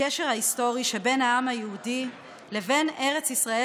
לקשר ההיסטורי שבין העם היהודי לבין ארץ ישראל